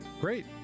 Great